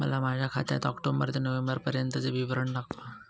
मला माझ्या खात्याचे ऑक्टोबर ते नोव्हेंबर पर्यंतचे विवरण दाखवा